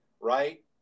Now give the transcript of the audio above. right